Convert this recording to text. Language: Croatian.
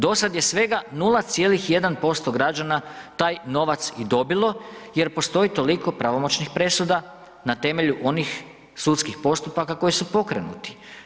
Dosad je svega 0,1% građana taj novac i dobilo jer postoji i toliko pravomoćnih presuda na temelju onih sudskih postupaka koji su pokrenuti.